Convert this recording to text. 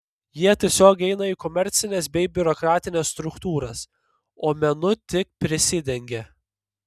jie tiesiog eina į komercines bei biurokratines struktūras o menu tik prisidengia